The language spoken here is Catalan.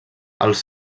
els